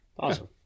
awesome